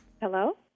Hello